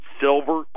silver